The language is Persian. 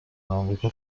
آمریکا